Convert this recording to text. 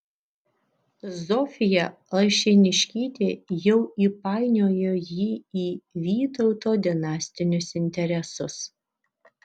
zofija alšėniškytė jau įpainiojo jį į vytauto dinastinius interesus